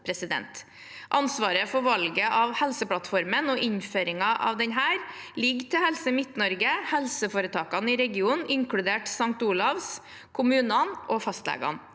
Ansvaret for valget av Helseplattformen og innføringen av denne ligger til Helse Midt-Norge, helseforetakene i regionen, inkludert St. Olavs hospital, kommunene og fastlegene.